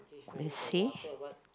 buffet